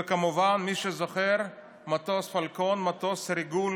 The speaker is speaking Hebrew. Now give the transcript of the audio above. וכמובן, מי שזוכר, מטוס הפלקון, מטוס ריגול